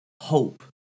hope